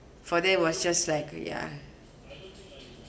for they was just like ya